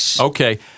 Okay